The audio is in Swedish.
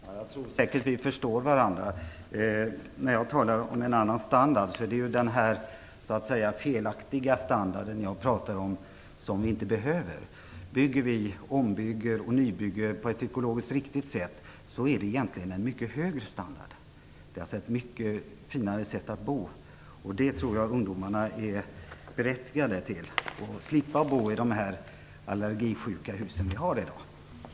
Herr talman! Jag tror säkert att vi förstår varandra. När jag talar om en annan standard är det denna s.k. felaktiga standard som jag avser och som vi inte behöver. Bygger, ombygger och nybygger vi på ett ekologiskt riktigt sätt blir standarden egentligen mycket högre. Det handlar om ett mycket finare sätt att bo, och det tror jag att ungdomarna är beredda till. Då slipper de bo i alla de allergiframkallande hus som vi i dag har.